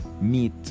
meet